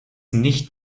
nicht